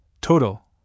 total